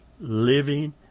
living